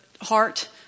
heart